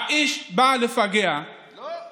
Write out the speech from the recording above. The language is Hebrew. האיש בא לפגע, לא.